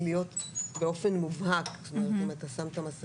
וצוותי חינוך עומדים על 84%. אם אני לוקח את כיתות א'-ו',